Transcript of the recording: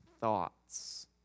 thoughts